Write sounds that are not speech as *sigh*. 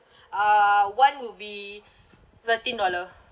*breath* uh one would be thirteen dollar